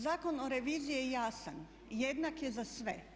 Zakon o reviziji je jasan, jednak je za sve.